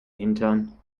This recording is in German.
hintern